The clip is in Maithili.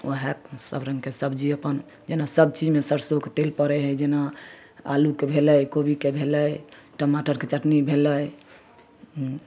वएह सबरङ्गके सब्जी अपन जेना सबचीजमे सरिसोके तेल पड़ै हइ जेना आलूके भेलै कोबीके भेलै टमाटरके चटनी भेलै